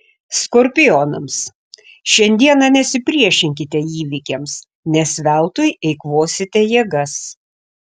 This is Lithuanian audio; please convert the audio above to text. skorpionams šiandieną nesipriešinkite įvykiams nes veltui eikvosite jėgas